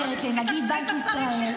טלי,